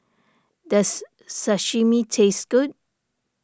does Sashimi taste good